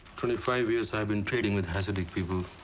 twenty five years i've been trading with hasidic people.